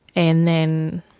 and then